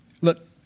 Look